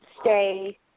stay